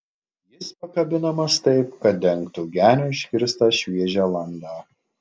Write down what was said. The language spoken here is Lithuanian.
jis pakabinamas taip kad dengtų genio iškirstą šviežią landą